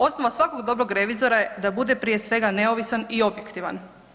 Osnova svakog dobrog revizora je da bude prije svega neovisan i objektivan.